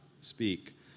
speak